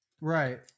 right